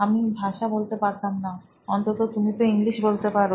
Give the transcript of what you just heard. আমি ভাষা বলতে পারতাম না অন্তত তুমি তো ইংলিশ বলতে পারো